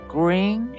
green